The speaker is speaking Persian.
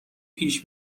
پیش